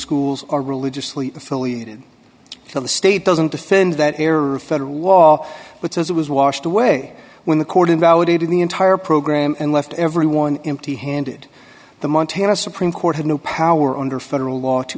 schools are religiously affiliated to the state doesn't offend that error of federal law but says it was washed away when the court invalidated the entire program and left everyone empty handed the montana supreme court had no power under federal law to